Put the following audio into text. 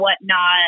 whatnot